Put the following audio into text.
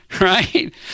right